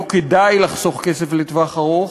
לא כדאי לחסוך כסף לטווח ארוך,